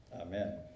Amen